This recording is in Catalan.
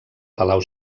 palau